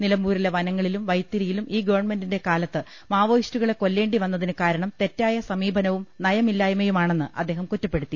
നിലമ്പൂരിലെ വനങ്ങളിലും വൈത്തിരിയിലും ഇൌ ഗവൺമെന്റിന്റെ കാലത്ത് മാവോയിസ്റ്റുകളെ ്കൊല്ലേണ്ടി വന്നതിന് കാരണം തെറ്റായ സമീപനവും നയമില്ലായ്മയുമാ ണെന്ന് അദ്ദേഹം കുറ്റപ്പെടുത്തി